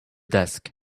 desk